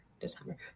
December